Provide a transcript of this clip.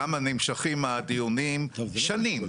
שם נמשכים הדיונים שנים.